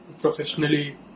professionally